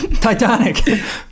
Titanic